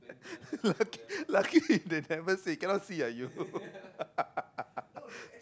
lucky lucky they never say cannot see ah you